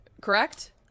correct